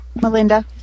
Melinda